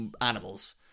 animals